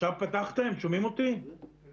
חבר